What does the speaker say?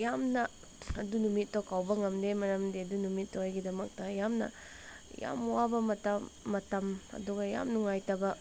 ꯌꯥꯝꯅ ꯑꯗꯨ ꯅꯨꯃꯤꯠꯇꯣ ꯀꯥꯎꯕ ꯉꯝꯗꯦ ꯃꯔꯝꯗꯤ ꯑꯗꯨ ꯅꯨꯃꯤꯠꯇꯣ ꯑꯩꯒꯤꯗꯃꯛꯇ ꯌꯥꯝꯅ ꯌꯥꯝ ꯋꯥꯕ ꯃꯇꯝ ꯃꯇꯝ ꯑꯗꯨꯒ ꯌꯥꯝ ꯅꯨꯡꯉꯥꯏꯇꯕ